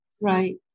right